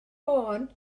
fôn